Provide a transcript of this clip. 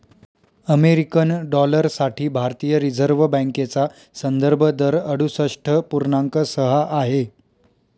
American dollar साठी भारतीय reserve बँकेचा संदर्भ दर अडुसष्ठ पूर्णांक सहा आहे